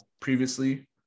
previously